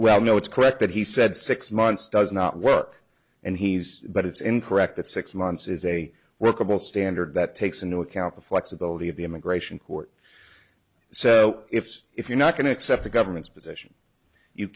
well no it's correct that he said six months does not work and he's but it's incorrect that six months is a workable standard that takes into account the flexibility of the immigration court so if if you're not going to accept the government's position you